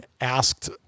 asked